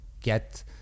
get